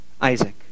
Isaac